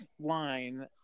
line –